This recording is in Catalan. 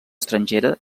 estrangera